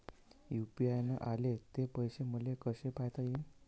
UPI न आले ते पैसे मले कसे पायता येईन?